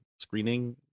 screening